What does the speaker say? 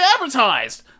advertised